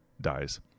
dies